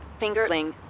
fingerling